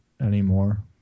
anymore